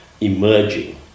emerging